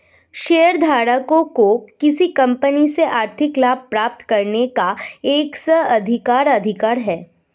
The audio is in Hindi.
शेयरधारकों को किसी कंपनी से आर्थिक लाभ प्राप्त करने का एक स्व अधिकार अधिकार है